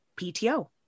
PTO